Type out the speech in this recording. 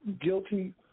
guilty